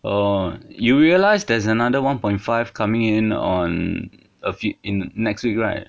oh you realize there's another one point five coming in on a few in next week right